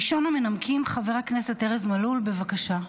ראשון המנמקים, חבר הכנסת ארז מלול, בבקשה.